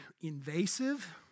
invasive